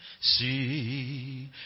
See